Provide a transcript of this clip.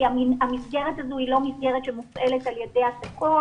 כי המסגרת הזו היא לא מסגרת שמופעלת על ידי התקון.